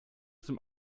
zum